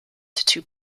two